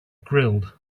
grilled